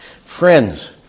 Friends